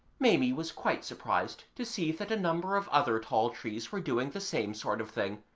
maimie was quite surprised to see that a number of other tall trees were doing the same sort of thing,